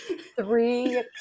three